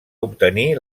obtenir